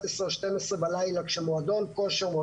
23:00 או 00:00 בלילה כשמועדון כושר,